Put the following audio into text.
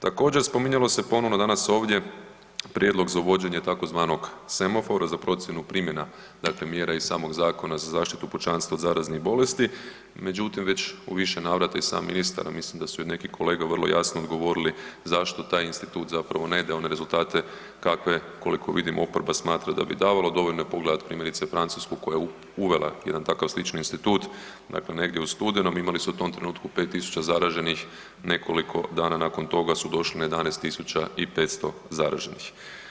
Također spominjalo se ponovno danas ovdje prijedlog za uvođenje tzv. semafora za procjenu primjena mjera iz samog Zakona za zaštitu pučanstva od zaraznih bolesti međutim u više navrata i sam ministar a mislim da su i neki kolege vrlo jasno odgovorili zašto taj institut zapravo ne daje one rezultate kakve koliko vidimo oporba smatra da bi davalo, dovoljno je pogledat primjerice Francusku koja je uvela jedan takav slični institut, dakle negdje u studenom, imali su u tom trenutku 5000 zaraženih, nekoliko danas nakon toga su došli na 11 500 zaraženih.